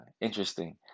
interesting